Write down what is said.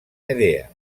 medea